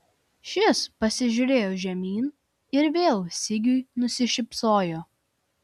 šis pasižiūrėjo žemyn ir vėl sigiui nusišypsojo